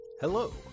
Hello